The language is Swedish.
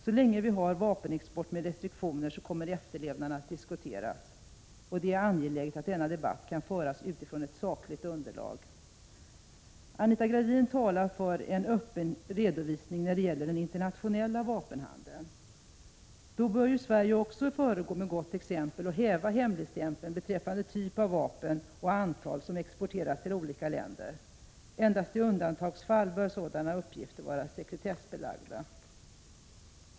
Så länge vi har en vapenexport med restriktioner kommer efterlevnaden av reglerna att diskuteras, och det är angeläget att denna debatt kan föras på sakligt underlag. Anita Gradin talar för en öppen redovisning när det gäller den internationella vapenhandeln. Då bör Sverige också föregå med gott exempel och häva hemligstämpeln beträffande den typ av vapen och det antal vapen som exporteras till olika länder. Endast i undantagsfall bör sådana uppgifter vara sekretessbelagda.